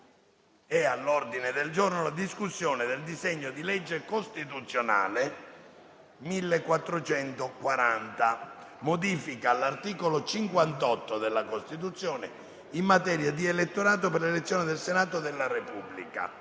Senato, in sede di discussione del disegno di legge costituzionale n. 1440, recante modifica all'articolo 58 della Costituzione, in materia di elettorato per l'elezione del Senato della Repubblica,